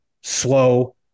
slow